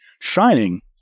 shining